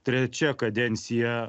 trečia kadencija